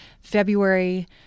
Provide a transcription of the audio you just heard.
February